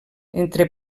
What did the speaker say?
entre